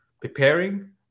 preparing